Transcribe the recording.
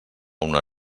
una